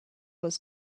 was